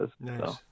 Nice